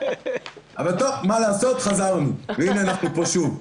אבל טוב, מה לעשות, חזרנו והינה אנחנו פה שוב.